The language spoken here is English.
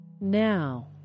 Now